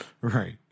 right